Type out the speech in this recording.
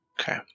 Okay